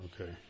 Okay